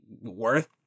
worth